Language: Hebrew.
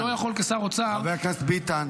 חבר הכנסת ביטן.